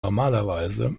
normalerweise